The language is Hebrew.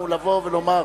בעזה.